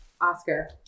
Oscar